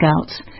Scouts